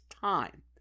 time